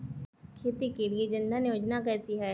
खेती के लिए जन धन योजना कैसी है?